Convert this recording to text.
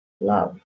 love